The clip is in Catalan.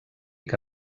que